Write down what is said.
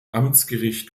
amtsgericht